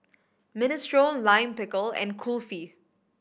Minestrone Lime Pickle and Kulfi